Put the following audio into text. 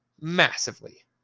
massively